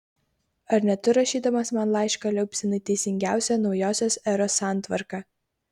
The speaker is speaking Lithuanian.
ar ne tu rašydamas man laišką liaupsinai teisingiausią naujosios eros santvarką